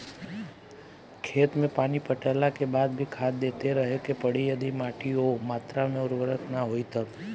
खेत मे पानी पटैला के बाद भी खाद देते रहे के पड़ी यदि माटी ओ मात्रा मे उर्वरक ना होई तब?